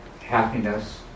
happiness